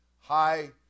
high